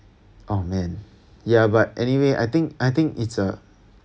oh man ya but anyway I think I think it's a